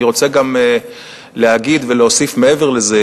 אני רוצה להגיד ולהוסיף מעבר לזה.